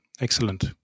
excellent